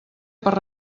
per